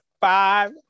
five